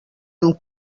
amb